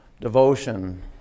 devotion